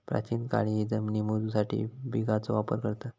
प्राचीन काळीही जमिनी मोजूसाठी बिघाचो वापर करत